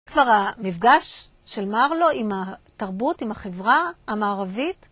כבר המפגש של מרלו עם התרבות, עם החברה המערבית.